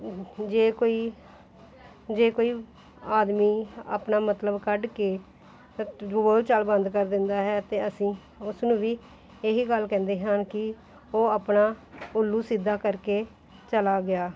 ਜੇ ਕੋਈ ਜੇ ਕੋਈ ਆਦਮੀ ਆਪਣਾ ਮਤਲਬ ਕੱਢ ਕੇ ਬੋਲਚਾਲ ਬੰਦ ਕਰ ਦਿੰਦਾ ਹੈ ਅਤੇ ਅਸੀਂ ਉਸ ਨੂੰ ਵੀ ਇਹ ਗੱਲ ਕਹਿੰਦੇ ਹਾਂ ਕਿ ਉਹ ਆਪਣਾ ਉੱਲੂ ਸਿੱਧਾ ਕਰਕੇ ਚਲਾ ਗਿਆ